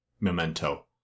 memento